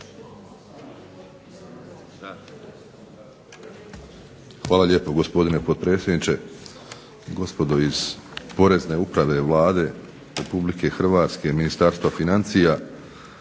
Hvala lijepo gospodine potpredsjedniče, gospodo iz porezne uprave Vlade Republike Hrvatske, Ministarstva financija.